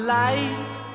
life